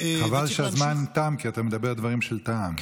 חבל שהזמן תם, כי אתה מדבר דברים של טעם.